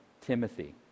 Timothy